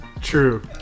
True